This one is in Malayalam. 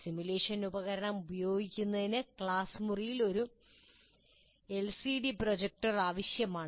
സിമുലേഷൻ ഉപകരണം ഉപയോഗിക്കുന്നതിന് ക്ലാസ് മുറിയിൽ ഒരു എൽസിഡി പ്രൊജക്ടർ ആവശ്യമാണ്